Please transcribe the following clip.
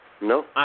No